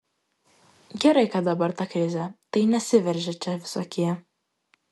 gerai kad dabar ta krizė tai nesiveržia čia visokie